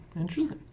Interesting